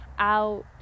out